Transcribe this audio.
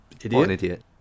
Idiot